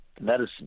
medicine